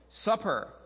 Supper